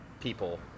people